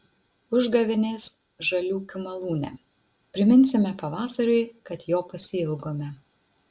užgavėnės žaliūkių malūne priminsime pavasariui kad jo pasiilgome